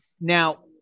Now